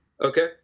okay